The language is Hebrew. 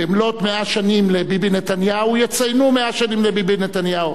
במלאות 100 שנים לביבי נתניהו יציינו 100 שנים לביבי נתניהו,